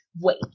wait